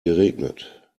geregnet